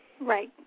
Right